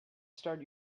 start